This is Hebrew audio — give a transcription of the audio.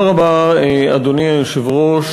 אדוני היושב-ראש,